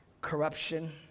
corruption